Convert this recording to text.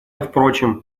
впрочем